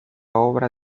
obra